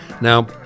Now